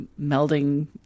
melding